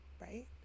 right